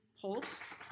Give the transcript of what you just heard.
pulse